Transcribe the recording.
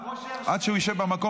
עד שהוא ישב במקום,